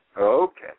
Okay